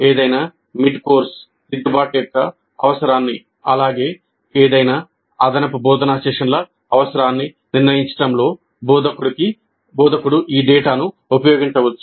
ఏదైనా మిడ్కోర్స్ దిద్దుబాటు యొక్క అవసరాన్ని అలాగే ఏదైనా అదనపు బోధనా సెషన్ల అవసరాన్ని నిర్ణయించడంలో బోధకుడు ఈ డేటాను ఉపయోగించవచ్చు